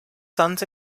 sons